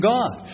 God